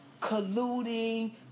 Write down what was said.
colluding